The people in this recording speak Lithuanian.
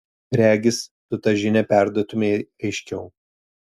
regis tu tą žinią perduotumei aiškiau